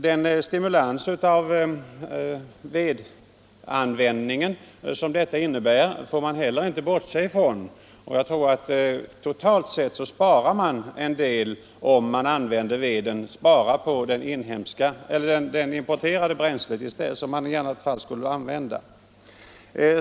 Den stimulans till vedanvändning som vårt förslag innebär får man heller inte bortse ifrån. Genom att ta till vara detta vedbränsle kan man säkert totalt sett spara en hel del av det bränsle som man annars måste importera.